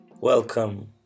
Welcome